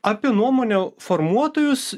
apie nuomonių formuotojus